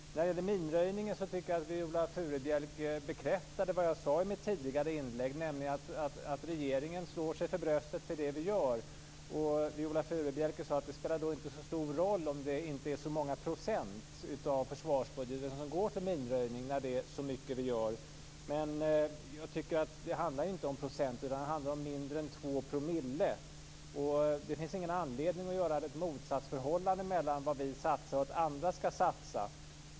När det gäller minröjningen tycker jag att Viola Furubjelke bekräftade det jag sade i mitt tidigare inlägg, nämligen att regeringen slår sig för bröstet för det vi gör. Viola Furubjelke sade att det inte spelar så stor roll om det inte är så många procent av försvarsbudgeten som går till minröjning när det är så mycket vi gör. Men jag tycker inte att det handlar om procent. Det handlar om mindre än 2 %. Det finns ingen anledning att göra ett motsatsförhållande mellan det vi satsar och det andra skall satsa.